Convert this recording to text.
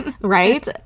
right